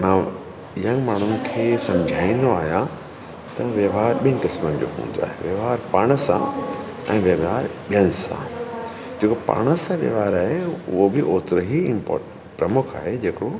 मां यंग माण्हुनि खे समुझाईंदो आहियां त व्यवहार ॿिनि क़िस्मनि जो हूंदो आहे व्यवहार पाण सां ऐं व्यवहार ॿियनि सां जेको पाण सां व्यवहार आहे उहो बि ओतिरो ई इम्पो प्रमुख आहे जेतिरो